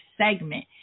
segment